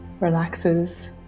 relaxes